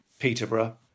Peterborough